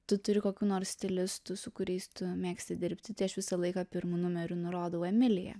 tu turi kokių nors stilistų su kuriais tu mėgsti dirbti tai aš visą laiką pirmu numeriu nurodau emiliją